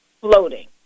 floating